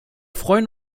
freuen